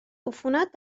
عفونت